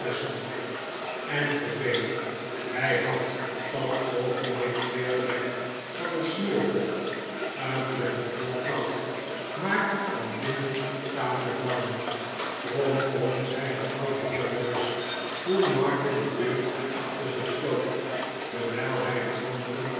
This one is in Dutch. en verdween hij had op dat oogenblik veel weg van een sneeuwpop uitwendig heel koud maar van binnen tamelijk warm kom kom zei de oude heer norris toen martin de deur achter zich sloot terwijl hij de anderen